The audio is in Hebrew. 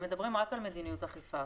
הם מדברים רק על מדיניות אכיפה.